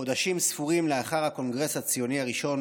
חודשים ספורים לאחר הקונגרס הציוני הראשון,